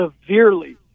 severely